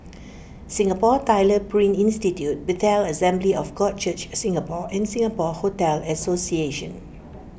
Singapore Tyler Print Institute Bethel Assembly of God Church Singapore and Singapore Hotel Association